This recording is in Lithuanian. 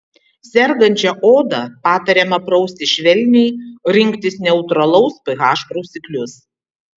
sergančią odą patariama prausti švelniai rinktis neutralaus ph prausiklius